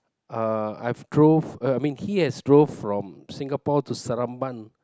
uh I've drove I mean he has drove from Singapore to Seramban